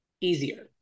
easier